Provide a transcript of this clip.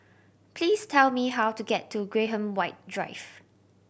please tell me how to get to Graham White Drive